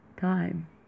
time